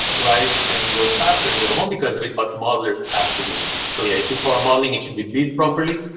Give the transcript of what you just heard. right. and work faster and go home because of it, but modelers have to do it. so yeah, it should follow modeling should be, beat properly,